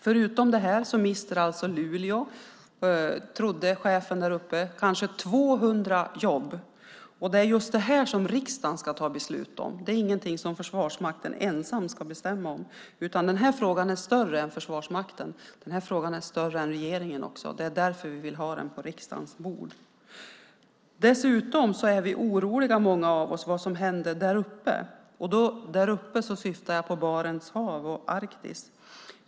Förutom det mister Luleå - trodde chefen där uppe - kanske 200 jobb. Just detta ska riksdagen fatta beslut om. Det är alltså inte något som Försvarsmakten ensam ska bestämma om. Frågan är så att säga större än Försvarsmakten och också större än regeringen. Därför vill vi ha frågan på riksdagens bord. Dessutom är många av oss oroliga för vad som händer där uppe. Med "där uppe" syftar jag på Barents hav och Arktis.